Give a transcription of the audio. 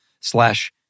slash